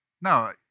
No